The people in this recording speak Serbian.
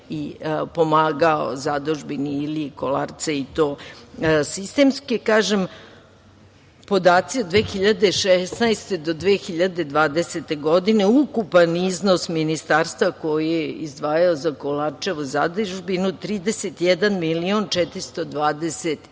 pomagalo Zadužbini Ilije Kolarca i to sistemski, kažem podaci od 2016. do 2020. godine, ukupan iznos Ministarstva koji je izdvajao za Kolarčevu zadužbinu 31 miliona 428